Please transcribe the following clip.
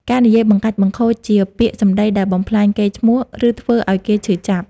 ការនិយាយបង្កាច់បង្ខូចជា ពាក្យសម្ដីដែលបំផ្លាញកេរ្តិ៍ឈ្មោះ ឬធ្វើឲ្យគេឈឺចាប់។